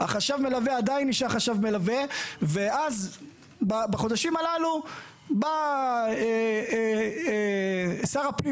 חשב המלווה עדיין נשאר חשב מלווה ואז בחודשים הללו בא שר הפנים